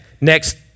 Next